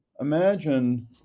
imagine